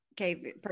Okay